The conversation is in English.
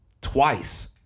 twice